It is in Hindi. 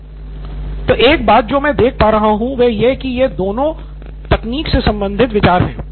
प्रोफेसर तो एक बात जो मैं देख पा रहा हूँ वे यह कि यह दोनों तकनीक से संबंधित विचार हैं